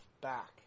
back